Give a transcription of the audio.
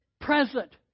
Present